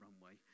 runway